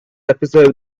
episode